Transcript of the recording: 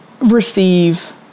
receive